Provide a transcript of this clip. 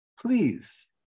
Please